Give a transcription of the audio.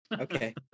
okay